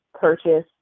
purchase